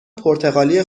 پرتغالی